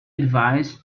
advised